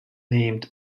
named